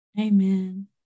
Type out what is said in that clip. amen